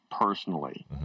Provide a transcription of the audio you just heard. personally